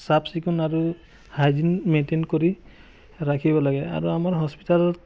চাফ চিকুণ আৰু হাইজিন মেইনটেইন কৰি ৰাখিব লাগে আৰু আমাৰ হস্পিটেলত